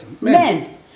Men